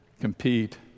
compete